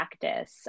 practice